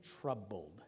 troubled